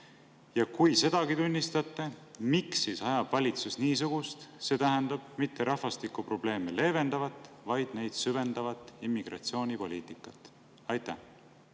Ja kui te sedagi tunnistate, siis miks ajab valitsus niisugust, see tähendab rahvastikuprobleeme süvendavat, mitte neid leevendavat immigratsioonipoliitikat? Suur